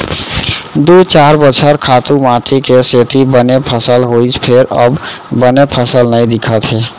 दू चार बछर खातू माटी के सेती बने फसल होइस फेर अब बने फसल नइ दिखत हे